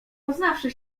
poznawszy